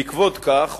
בעקבות כך,